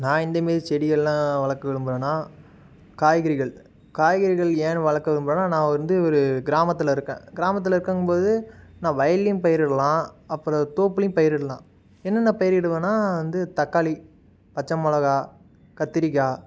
நான் எந்த மாதிரி செடியெல்லாம் வளர்க்க விரும்புகிறேன்னா காய்கறிகள் காய்கறிகள் ஏன் வளர்க்க விரும்புறேன்னா நான் வந்து ஒரு கிராமத்தில் இருக்கேன் கிராமத்தில் இருக்கங்கும்போது நான் வயல்லையும் பயிரிடலாம் அப்புறம் தோப்புலையும் பயிரிடலாம் என்னென்ன பயிரிடுவேன்னா வந்து தக்காளி பச்சமிளகா கத்திரிக்காய்